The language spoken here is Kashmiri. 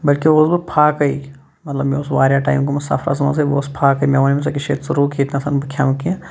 بٔلکہِ اوسُس بہٕ پھاکَے مطلب مےٚ اوس واریاہ ٹایم گوٚمُت سفرَس منٛزٕے بہٕ اوسُس پھاکَے مےٚ ووٚن أمِس أکِس جایہِ ژٕ رُک ییٚتہِ نَسَن بہٕ کھٮ۪مہٕ کینٛہہ